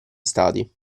stati